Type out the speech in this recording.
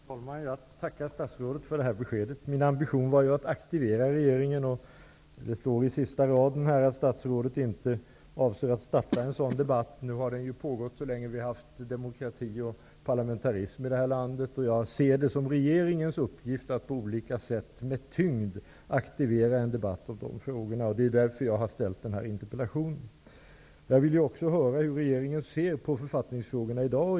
Herr talman! Jag tackar statsrådet för beskedet. Min ambition var att aktivera regeringen. Det står här på sista raden att statsrådet inte avser att starta en sådan debatt, men nu har den ju pågått så länge vi har haft demokrati och parlamentarism i det här landet. Jag ser det som regeringens uppgift att på olika sätt med tyngd aktivera en debatt om dessa frågor. Det är därför jag har ställt den här interpellationen. Jag ville också höra hur regeringen ser på författningsfrågorna i dag.